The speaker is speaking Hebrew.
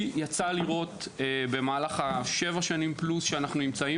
לי יצא לראות במהלך שבע השנים פלוס שאנחנו נמצאים